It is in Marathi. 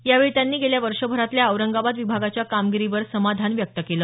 यावेळी त्यांनी गेल्या वर्षभरातल्या औरंगाबाद विभागाच्या कामगिरीवर समाधान व्यक्त केल